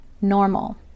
normal